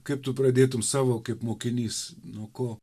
kaip tu pradėtum savo kaip mokinys nuo ko